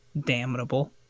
damnable